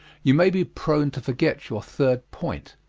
you may be prone to forget your third point,